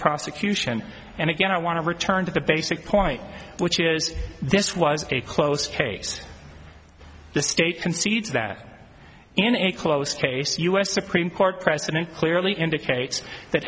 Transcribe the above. prosecution and again i want to return to the basic point which is this was a close case the state concedes that in a close case u s supreme court precedent clearly indicates that